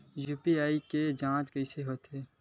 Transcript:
UPI के के जांच कइसे होथे?